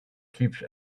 keeps